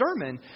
sermon